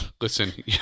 Listen